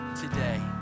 today